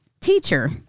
Teacher